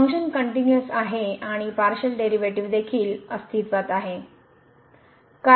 function continuous आहे आणि partial derivative देखील अस्तित्वात आहे